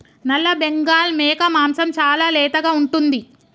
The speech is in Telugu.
నల్లబెంగాల్ మేక మాంసం చాలా లేతగా ఉంటుంది